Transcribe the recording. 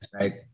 right